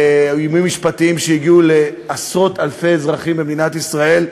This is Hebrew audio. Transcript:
האיומים המשפטיים שהגיעו לעשרות-אלפי אזרחים במדינת ישראל,